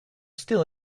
still